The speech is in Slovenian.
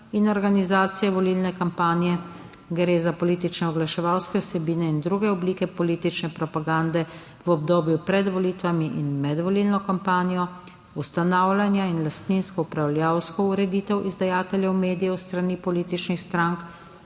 in organizacije volilne kampanje. Gre za politično oglaševalske vsebine in druge oblike politične propagande v obdobju pred volitvami in med volilno kampanjo. Ustanavljanja in lastninsko upravljavsko ureditev izdajateljev medijev s strani političnih strank